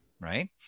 right